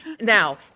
Now